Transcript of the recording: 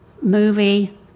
movie